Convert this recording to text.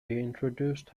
introduced